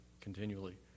continually